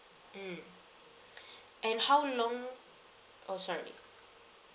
mm and how long oh sorry